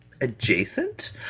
adjacent